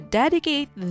dedicate